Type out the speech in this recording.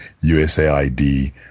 USAID